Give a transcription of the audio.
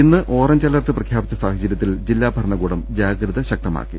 ഇന്ന് orange alert പ്രഖ്യാപിച്ച സാഹചര്യത്തിൽ ജില്ലാ ഭരണകൂടം ജാഗ്രത ശക്തമാക്കി